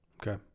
Okay